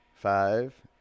Five